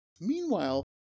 meanwhile